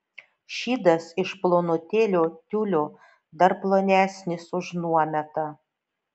šydas iš plonutėlio tiulio dar plonesnis už nuometą